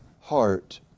heart